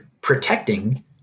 protecting